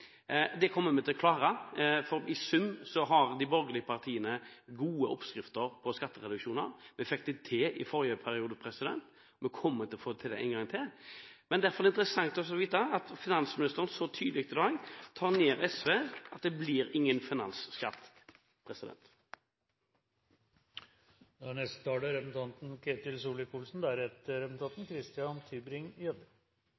Det kommer vi til å klare, for i sum har de borgerlige partiene gode oppskrifter på skattereduksjoner. Vi fikk det til i forrige periode. Vi kommer til å få det til en gang til. Men derfor er det interessant å få vite at finansministeren så tydelig i dag tar ned SV at det blir ingen finansskatt. Jeg synes dette har vært en litt rar debatt, og kanskje de rød-grønne kan lære litt av at det faktisk er